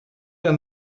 der